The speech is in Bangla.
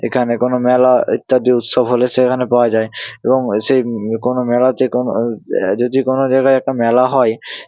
এখানে কোনো মেলা ইত্যাদি উৎসব হলে সেখানে পাওয়া যায় এবং ওই সেই কোনো মেলা হচ্ছে কোনো যদি কোনো জায়গায় একটা মেলা হয়